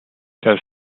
das